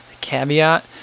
caveat